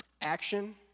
action